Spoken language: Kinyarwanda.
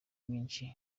myinshi